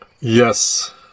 Yes